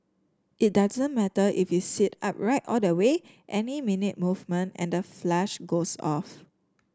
it doesn't matter if you sit upright all the way any minute movement and the flush goes off